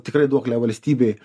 tikrai duoklę valstybei